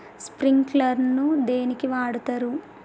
Sprinkler ను దేనికి వాడుతరు?